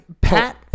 Pat